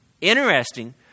Interesting